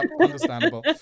understandable